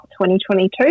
2022